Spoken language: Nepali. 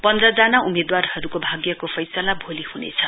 पन्ध्र जना उम्मेद्वारहरूको भाग्यको फैसला भोलि हुनेछ